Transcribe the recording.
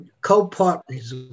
co-partners